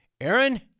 Aaron